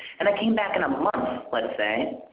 and i came back in a month let's say. and